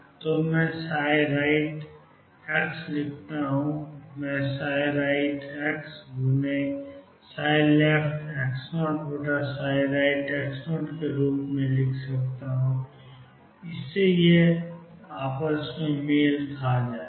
तो मैं right लिख सकता हूं मैं rightxleftx0rightx0 के रूप में लिख सकता हूं इससे मैच हो जाएगा